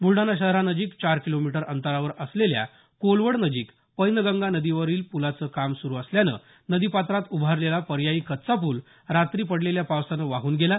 ब्लडाणा शहरानजीक चार किलोमीटर अंतरावर असलेल्या कोलवड नजीक पैनगंगा नदीवरील पुलाचं काम सुरू असल्यानं नदीपात्रात उभारलेला पर्यायी कच्चा पूल रात्री पडलेल्या पावसामुळे वाहून गेला